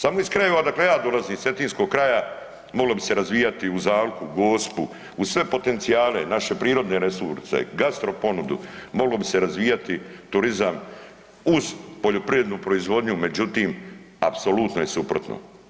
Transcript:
Samo ih kraja odakle ja dolazim iz Cetinskog kraja moglo bi se razvijati uz Alku, Gospu uz sve potencijale naše prirodne resurse, gastro ponudu moglo bi se razvijati turizam uz poljoprivrednu proizvodnju, međutim apsolutno je suprotno.